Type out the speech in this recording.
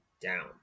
down